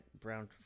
brown